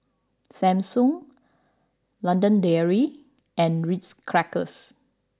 Samsung London Dairy and Ritz Crackers